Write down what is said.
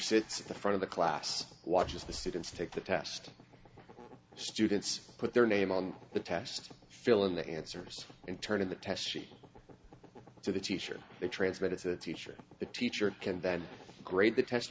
sits at the front of the class watches the students take the test students put their name on the test fill in the answers in turn of the test see to the teacher they transmitted to the teacher the teacher can then grade the test